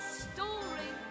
story